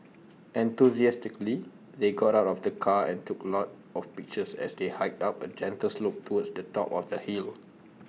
enthusiastically they got out of the car and took A lot of pictures as they hiked up A gentle slope towards the top of the hill